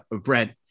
Brent